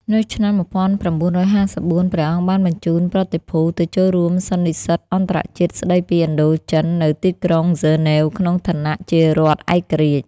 នៅឆ្នាំ១៩៥៤ ព្រះអង្គបានបញ្ជូនប្រតិភូទៅចូលរួមសន្និសីទអន្តរជាតិស្ដីពីឥណ្ឌូចិននៅទីក្រុងហ្សឺណែវ ក្នុងឋានៈជារដ្ឋឯករាជ្យ។